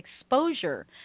exposure